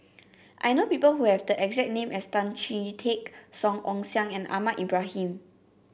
I know people who have the exact name as Tan Chee Teck Song Ong Siang and Ahmad Ibrahim